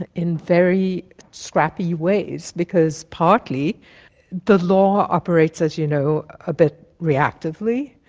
in in very scrappy ways, because partly the law operates, as you know, a bit reactively.